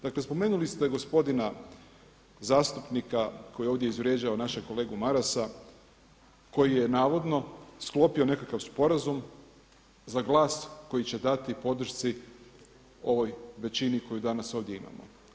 Dakle, spomenuli ste gospodina zastupnika koji je ovdje izvrijeđao našeg kolegu Marasa koji je navodno sklopio nekakav sporazum za glas koji će dati podršci ovoj većini koju danas ovdje imamo.